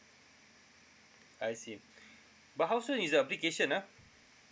I see but how soon is the application ah